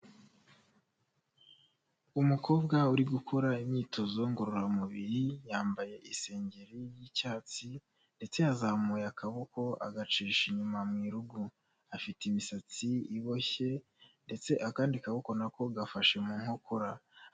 Umukobwa uri gukora imyitozo ngororamubiri yambaye isengeri ry'icyatsi ndetse yazamuye akaboko agacisha inyuma mu rugu afite imisatsi iboshye ndetse akandi kaboko nako gafashe mu nkokora.